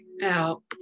Out